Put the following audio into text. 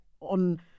on